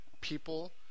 people